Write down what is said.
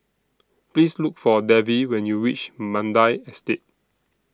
Please Look For Davy when YOU REACH Mandai Estate